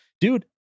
Dude